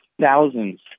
thousands